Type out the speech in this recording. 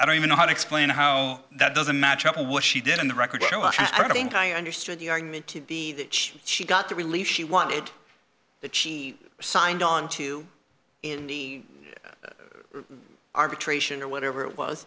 i don't even know how to explain how that doesn't match up to what she did on the record i don't think i understood the argument to be that she she got the relief she wanted that she signed on to it any arbitration or whatever it was